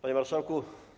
Panie Marszałku!